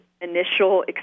initial